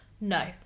No